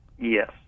Yes